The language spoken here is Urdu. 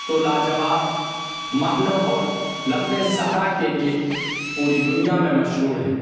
تو لاجواب محلوں اور لمبے صحرا کے لیے پوری دنیا میں مشہور ہے